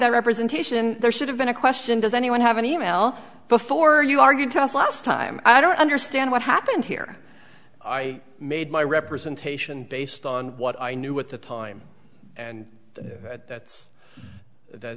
that representation there should have been a question does anyone have an e mail before you argue to us last time i don't understand what happened here i made my representation based on what i knew at the time and that's the